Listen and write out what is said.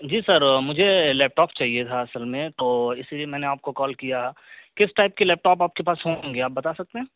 جی sir مجھے laptop چاہیے تھا اصل میں تو اسی لیے میں نے آپ کو کال کیا کس ٹائپ کے لیپ ٹاپ آپ کے پاس ہوں گے آپ بتا سکتے ہیں